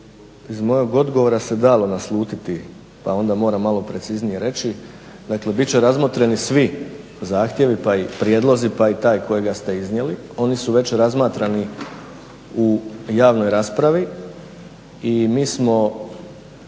iz mog odgovora se dalo naslutiti pa onda moram malo preciznije reći. Dakle bit će razmotreni svi zahtjevi pa i prijedlozi pa i taj kojega ste iznijeli. Oni su već razmatrani u javnoj raspravi i mi smo